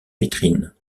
vitrine